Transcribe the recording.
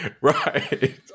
Right